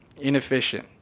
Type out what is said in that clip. inefficient